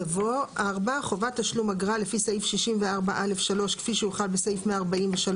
יבוא: "(4) חובת תשלום אגרה לפי סעיף 64(א)(3) כפי שהוחל בסעיף 143,